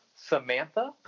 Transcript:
Samantha